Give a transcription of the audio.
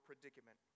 predicament